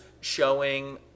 showing